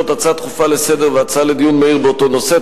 הצעה דחופה לסדר-היום והצעה לדיון מהיר באותו נושא,